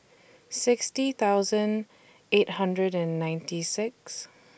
sixty thousand eight hundred and ninety six